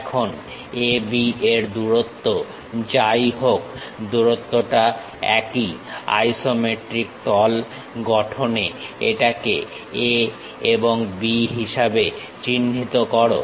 এখন AB এর দূরত্ব যাই হোক দূরত্বটা একই আইসোমেট্রিক তল গঠনে এটাকে A এবং B হিসাবে চিহ্নিত করো